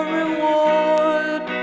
reward